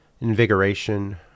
invigoration